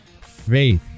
Faith